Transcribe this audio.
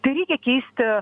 tai reikia keisti